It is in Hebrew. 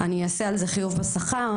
אני אעשה על זה חיוב בשכר?